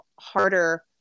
harder